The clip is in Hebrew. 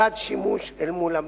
מלבד שימוש אל מול המדינה.